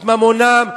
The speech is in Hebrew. את ממונם,